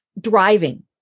driving